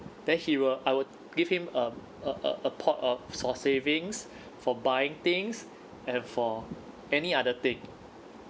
then he will I would give him a a a a pot of for savings for buying things and for any other thing